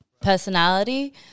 personality